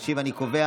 אני קובע